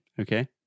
Okay